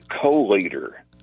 co-leader